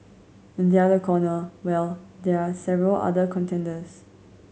in the other corner well there are several other contenders